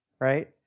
right